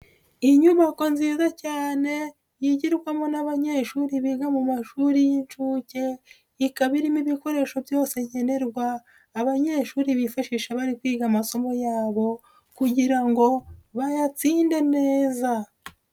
Iyi nyubako nziza cyane yigirwamo n'abanyeshuri biga mu mashuri y'inshuke, ikaba irimo ibikoresho byose nyenerwa abanyeshuri bifashisha bari kwiga amasomo yabo kugira ngo bayatsinde neza.